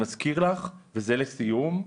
לסיום,